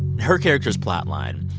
her character's plotline,